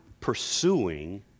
pursuing